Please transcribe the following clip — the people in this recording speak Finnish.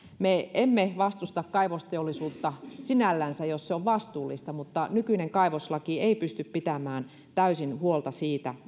me emme vastusta kaivosteollisuutta sinällänsä jos se on vastuullista mutta nykyinen kaivoslaki ei pysty pitämään täysin huolta siitä